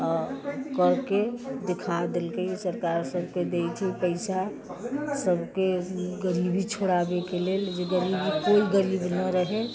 कऽ के देखा देलकै सरकार सभके दै छै पैसा सभके गरीबी छोड़ाबयके लेल जे गरीबी कोइ गरीब ना रहय